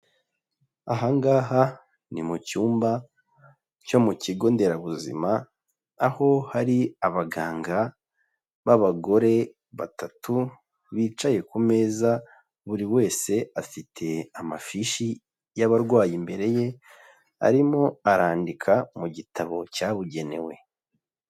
Aha ngaha ni mu cyumba cyo mu kigo nderabuzima, aho hari abaganga b'abagore batatu bicaye ku meza, buri wese afite amafishi y'abarwayi imbere ye arimo arandika mu gitabo cyabugenewe.